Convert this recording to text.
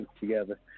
together